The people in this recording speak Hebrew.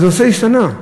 הנושא השתנה.